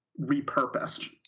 repurposed